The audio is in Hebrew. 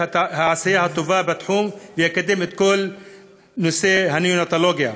העשייה הטובה בתחום ויקדם את כל נושא הנאונטולוגיה.